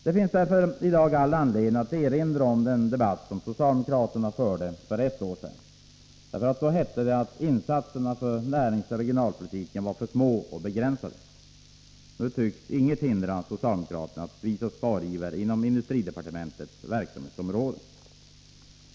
Det finns därför i dag all anledning att erinra om den debatt som socialdemokraterna förde för ett år sedan. Då hette det att insatserna för näringsoch regionalpolitiken var för små och begränsade. Nu tycks inget hindra socialdemokraterna att visa spariver inom industridepartementets verksamhetsområden.